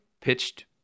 pitched